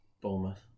Bournemouth